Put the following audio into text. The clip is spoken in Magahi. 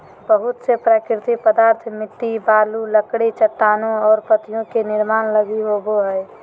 बहुत से प्राकृतिक पदार्थ मिट्टी, बालू, लकड़ी, चट्टानें और पत्तियाँ के निर्माण लगी होबो हइ